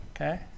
Okay